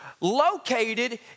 located